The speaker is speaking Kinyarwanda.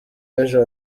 b’ejo